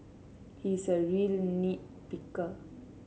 he is a really nit picker